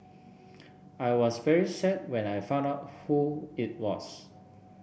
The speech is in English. I was very sad when I found out who it was